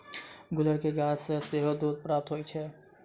गुलर के गाछ सॅ सेहो दूध प्राप्त होइत छै